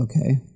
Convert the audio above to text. okay